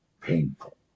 Painful